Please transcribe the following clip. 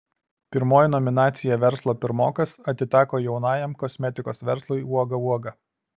pirmoji nominacija verslo pirmokas atiteko jaunajam kosmetikos verslui uoga uoga